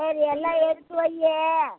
சரி எல்லாம் எடுத்து வை